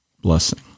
blessing